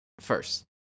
first